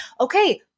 okay